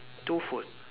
two food